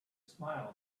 smiled